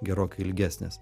gerokai ilgesnės